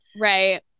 Right